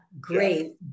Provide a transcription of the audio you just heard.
great